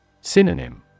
Synonym